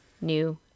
new